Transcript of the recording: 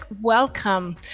welcome